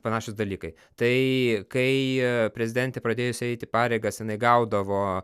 panašūs dalykai tai kai prezidentė pradėjusi eit į pareigas jinai gaudavo